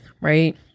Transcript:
right